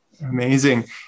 Amazing